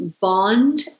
bond